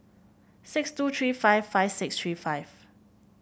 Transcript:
six two three five five six three five